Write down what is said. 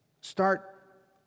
start